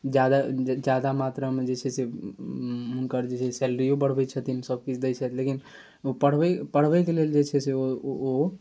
जादा जादा मात्रामे जे छै से हुनकर जे छै से सैलरिओ बढ़बै छथिन सबकिछु दै छथिन लेकिन ओ पढ़बै पढ़बैके लेल जे छै से ओ